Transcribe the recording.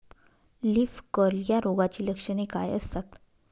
Leaf curl या रोगाची लक्षणे काय असतात?